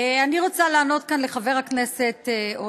אני רוצה לענות כאן לחבר הכנסת עודה.